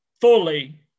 fully